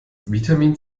vitamin